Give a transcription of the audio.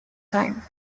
time